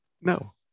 No